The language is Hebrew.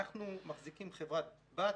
אנחנו מחזיקים חברת בת,